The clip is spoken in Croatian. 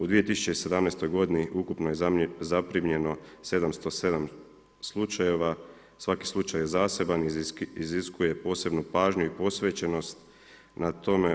U 2017. godini ukupno je zaprimljeno 707 slučajeva, svaki slučaj je zaseban i iziskuje posebnu pažnju i posvećenost na tome.